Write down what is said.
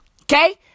Okay